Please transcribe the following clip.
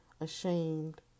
ashamed